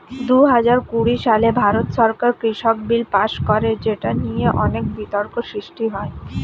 দুহাজার কুড়ি সালে ভারত সরকার কৃষক বিল পাস করে যেটা নিয়ে অনেক বিতর্ক সৃষ্টি হয়